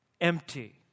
empty